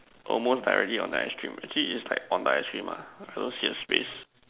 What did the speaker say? almost directly on the ice cream actually it's like on the ice cream lah supposed to be a space